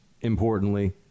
importantly